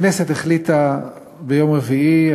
הכנסת החליטה ביום רביעי,